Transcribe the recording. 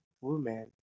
woman